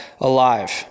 alive